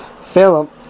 Philip